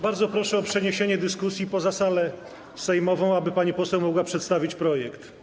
Bardzo proszę o przeniesienie dyskusji poza salę sejmową, aby pani poseł mogła przedstawić projekt.